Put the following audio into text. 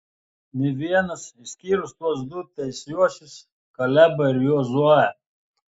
nė vienas išskyrus tuos du teisiuosius kalebą ir jozuę